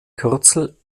kürzel